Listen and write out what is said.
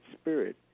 spirit